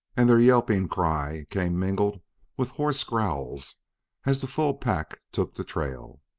and their yelping cry came mingled with hoarse growls as the full pack took the trail.